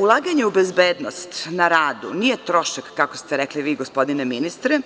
Ulaganje u bezbednost na radu nije trošak, kako ste rekli vi, gospodine ministre,